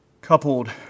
coupled